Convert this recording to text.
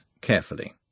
carefully